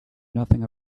nothing